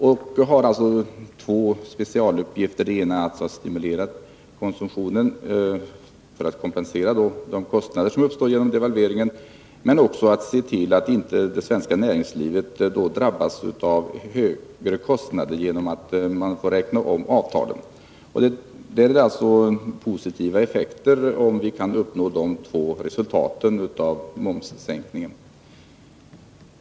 Sänkningen har alltså två specialuppgifter: den skall stimulera konsumtionen för att kompensera de kostnader som uppstår genom devalveringen men också se till att det svenska näringslivet då inte drabbas av högre kostnader genom att man måste räkna om avtalen. Det blir alltså positiva effekter av momssänkningen, om vi kan uppnå dessa båda resultat.